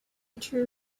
true